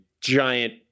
giant